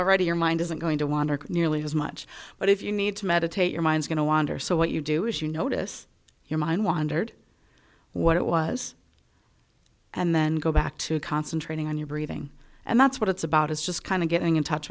already your mind isn't going to wander nearly as much but if you need to meditate your mind's going to wander so what you do is you notice your mind wandered what it was and then go back to concentrating on your breathing and that's what it's about is just kind of getting in touch